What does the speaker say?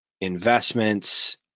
investments